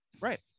Right